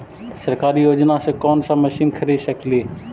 सरकारी योजना से कोन सा मशीन खरीद सकेली?